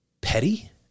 petty